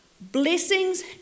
Blessings